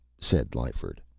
said lyford.